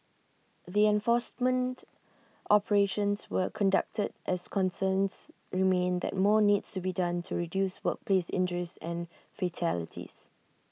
the enforcement operations were conducted as concerns remain that more needs to be done to reduce workplace injuries and fatalities